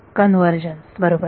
convergence बरोबर